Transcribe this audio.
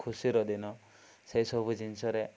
ଖୁସିର ଦିନ ସେଇସବୁ ଜିନିଷରେ